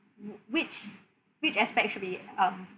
w~ which which aspect should be um